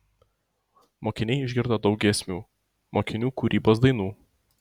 mokiniai išgirdo daug giesmių mokinių kūrybos dainų